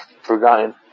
forgotten